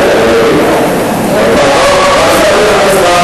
זועבי, אני ממליץ, גם חבר הכנסת לוין.